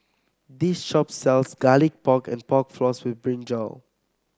this shop sells Garlic Pork and Pork Floss with brinjal